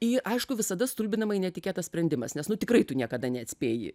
į aišku visada stulbinamai netikėtas sprendimas nes nu tikrai tu niekada neatspėji